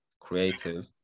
creative